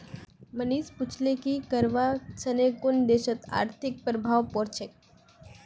मनीष पूछले कि करवा सने कुन देशत कि आर्थिक प्रभाव पोर छेक